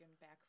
back